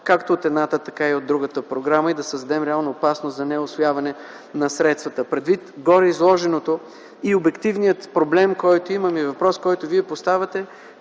както от едната, така и от другата програма и да създадем реална опасност за неусвояване на средствата. Предвид гореизложеното и обективния проблем, който имам, и въпрос, който Вие поставяте,